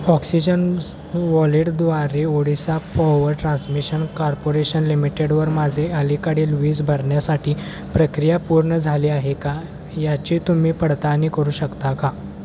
oxygen वॉलेटद्वारे Odisha power transmission corporation लिमिटेडवर माझे अलीकडील वीज भरण्यासाठी प्रक्रिया पूर्ण झाली आहे का याची तुम्ही पडताळणी करू शकता का